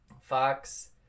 Fox